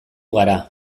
gara